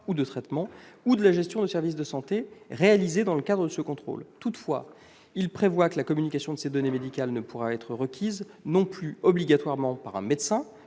ou de traitements, ou de la gestion de service de santé, réalisée dans le cadre de ce contrôle. Toutefois, il prévoit que la communication de ces données médicales ne pourra plus être requise obligatoirement par un médecin,